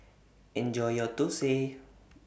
Enjoy your Thosai